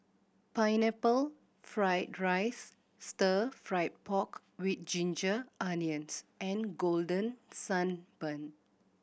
Pineapple Fried rice Stir Fry pork with ginger onions and Golden Sand Bun